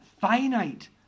Finite